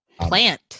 plant